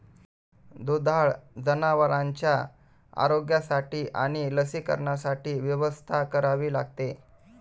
दुधाळ जनावरांच्या आरोग्यासाठी आणि लसीकरणासाठी व्यवस्था करावी लागते